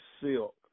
silk